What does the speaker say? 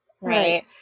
Right